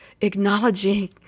acknowledging